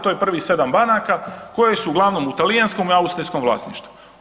To je prvih sedam banaka koje su glavnom u talijanskom i austrijskom vlasništvu.